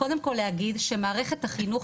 קודם כל להגיד שמערכת החינוך,